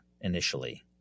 initially